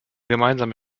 gemeinsame